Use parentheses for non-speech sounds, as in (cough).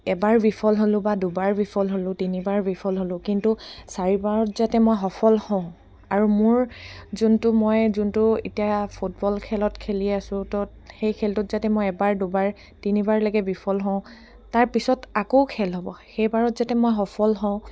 এবাৰ বিফল হ'লোঁ বা দুবাৰ বিফল হ'লোঁ তিনিবাৰ বিফল হ'লোঁ কিন্তু চাৰিবাৰত যাতে মই সফল হওঁ আৰু মোৰ যোনটো মই যোনটো এতিয়া ফুটবল খেলত খেলি আছোঁ ত' সেই খেলটোত যাতে মই এবাৰ দুবাৰ তিনিবাৰ (unintelligible) বিফল হওঁ তাৰপিছত আকৌ খেল হ'ব সেইবাৰত যাতে মই সফল হওঁ